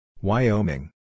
Wyoming